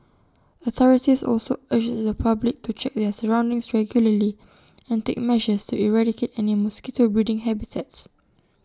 authorities also urge the public to check their surroundings regularly and take measures to eradicate any mosquito breeding habitats